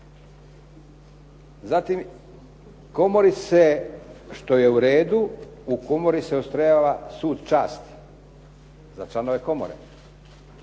komori što je u redu, u komori se ustrojava sud časti za članove komore.